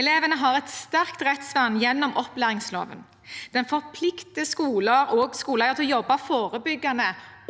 Elevene har et sterkt rettsvern gjennom opplæringsloven. Den forplikter skoler og skoleeiere til å jobbe forebyggende